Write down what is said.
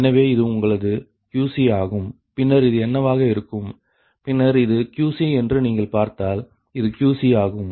எனவே இது உங்களது QCஆகும் பின்னர் இது என்னவாக இருக்கும் பின்னர் இது QCஎன்று நீங்கள் பார்த்தல் இது QCஆகும்